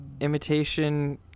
Imitation